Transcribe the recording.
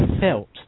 felt